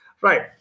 right